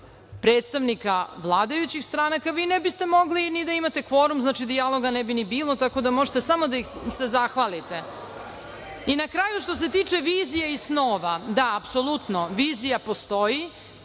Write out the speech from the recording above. predstavnika vladajućih stranaka, vi ne biste mogli ni da imate kvorum. Znači, dijaloga ne bi ni bilo, tako da možete samo da se zahvalite. Na kraju, što se tiče vizije i snova, da, apsolutno, vizija postoji